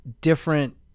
different